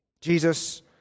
Jesus